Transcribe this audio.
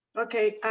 okay.